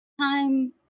time